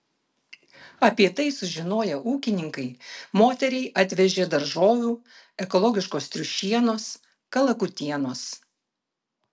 apie tai sužinoję ūkininkai moteriai atvežė daržovių ekologiškos triušienos kalakutienos